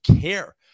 care